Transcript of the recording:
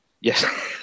yes